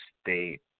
state